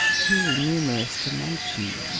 too numerous to mention.